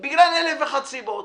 בגלל אלף ואחת סיבות.